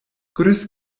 grüß